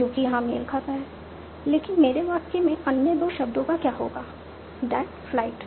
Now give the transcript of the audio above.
जो कि यहाँ मेल खाता है लेकिन मेरे वाक्य में अन्य 2 शब्दों का क्या होगा दैट फ्लाइट